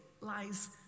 lies